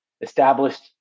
established